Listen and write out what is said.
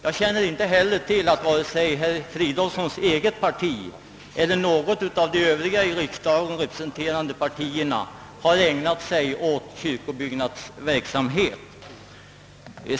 Jag känner inte till att vare sig herr Fridolfssons eget parti eller något av de övriga i riksdagen representerade partierna har ägnat sig åt kyrkobyggnadsverksamhet.